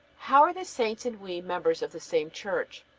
how are the saints and we members of the same church?